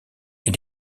est